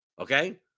okay